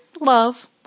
love